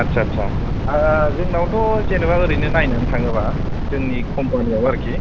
आत्सा आत्सा जोंनावथ' जेनोबा आरैनो नायनानै थांङोब्ला जोंनि खम्पानियाव आरोखि